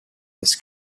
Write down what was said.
this